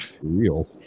real